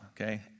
okay